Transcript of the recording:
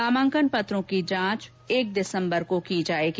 नामांकन पत्रों की जांच एक दिसम्बर को होगी